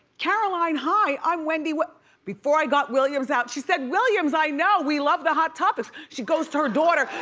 caroline, hi. i'm wendy. before i got williams out, she said, williams, i know! we love the hot topics. she goes to her daughter.